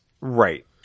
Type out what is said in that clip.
Right